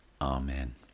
amen